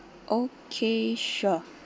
okay sure